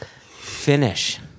Finish